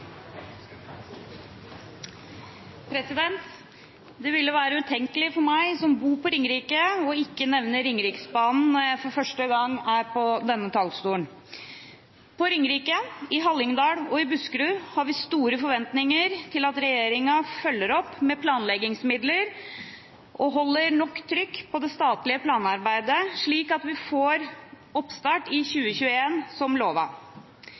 Det ville være utenkelig for meg som bor på Ringerike, ikke å nevne Ringeriksbanen når jeg for første gang står på denne talerstolen. På Ringerike, i Hallingdal og i Buskerud har vi store forventninger til at regjeringen følger opp med planleggingsmidler og holder nok trykk på det statlige planarbeidet, slik at vi får oppstart i 2021, som